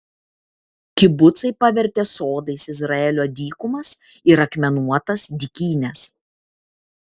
kibucai pavertė sodais izraelio dykumas ir akmenuotas dykynes